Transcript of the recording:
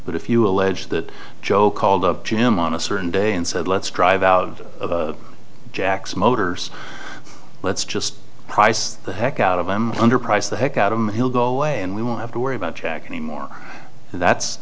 but if you allege that joe called up to him on a certain day and said let's drive out of jack's motors let's just price the heck out of him under price the heck out of him he'll go away and we won't have to worry about jack anymore and that's